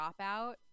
Dropout